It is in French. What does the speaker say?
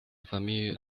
famille